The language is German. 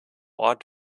ort